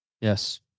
Yes